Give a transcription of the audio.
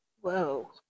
Whoa